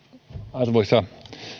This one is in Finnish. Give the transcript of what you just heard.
arvoisa